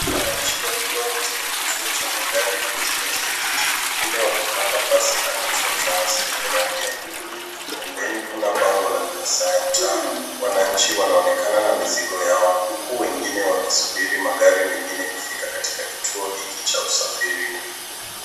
Wananchi wakiwa katika kituo cha magari, katikati ya jiji, wengine wakipanda basi la Metro Trans lenye rangi ya buluu. Pembeni kuna bango na saa ya mtaa. Wananchi wanaonekana na mizigo yao, huku wengine wakisubiri magari mengine kufika katika kituo hiki cha usafiri.